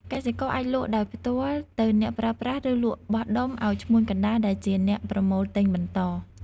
កសិករអាចលក់ដោយផ្ទាល់ទៅអ្នកប្រើប្រាស់ ឬលក់បោះដុំឱ្យឈ្មួញកណ្ដាលដែលជាអ្នកប្រមូលទិញបន្ត។